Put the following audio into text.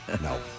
No